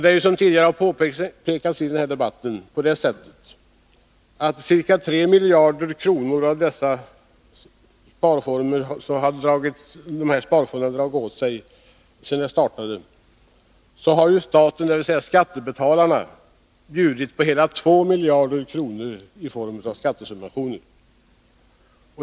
Det är ju, som tidigare har påpekats i denna debatt, på det sättet att av de ca 3 miljarder kronor som dessa sparformer har dragit till sig sedan de infördes har staten — dvs. skattebetalarna — bjudit på hela 2 miljarder kronor i form av skattesubventioner.